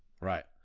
Right